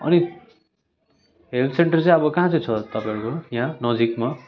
अनि help centre चाहिँ अब कहाँ चाहिँ छ तपाईँहरूको यहाँ नजिकमा